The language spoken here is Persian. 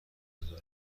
دنیا